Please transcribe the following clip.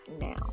now